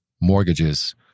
mortgages